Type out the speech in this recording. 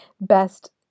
best